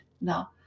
now